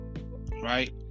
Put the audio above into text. right